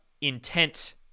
intent